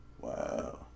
Wow